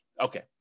Okay